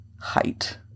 height